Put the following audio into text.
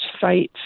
sites